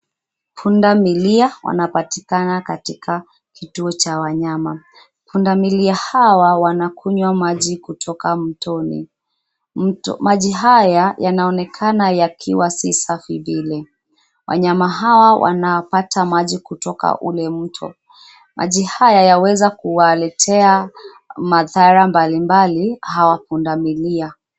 Pundamilia wanapatikana katika kituo cha wanyama. Pundamilia hawa wanakunywa maji kutoka mtoni. Maji haya yanaonekana yakiwa si safi vile. Wanyama hawa wanapata maji kutoka ule mto. Maji haya yaweza kuwaletea madhara mbalimbali hawa pundamilia.